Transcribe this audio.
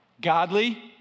Godly